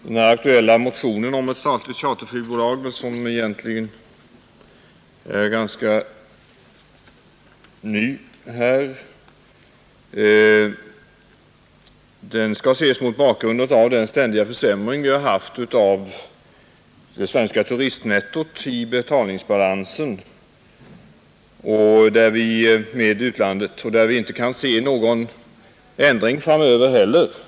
Den aktuella motionen om ett statligt charterflygbolag skall ses mot bakgrunden av den ständiga försämring vi har haft av det svenska turistnettot i betalningsbalansen med utlandet. Det verkar inte som om det skulle bli någon ändring på det framöver heller.